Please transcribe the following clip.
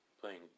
playing